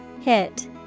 Hit